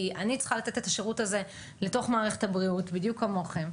כי אני צריכה לתת את השירות הזה לתוך מערכת הבריאות בדיוק כמוכם.